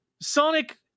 Sonic